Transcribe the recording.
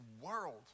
world